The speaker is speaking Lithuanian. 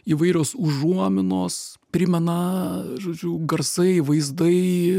įvairios užuominos primena žodžiu garsai vaizdai